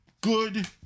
good